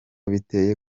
biteye